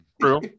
True